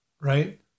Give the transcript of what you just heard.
right